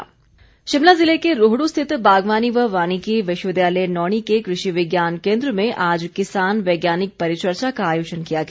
परिचर्चा शिमला ज़िले के रोहड्र स्थित बागवानी व वानिकी विश्वविद्यालय नौणी के कृषि विज्ञान केन्द्र में आज किसान वैज्ञानिक परिचर्चा का आयोजन किया गया